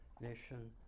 nation